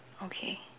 okay